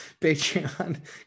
Patreon